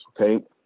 okay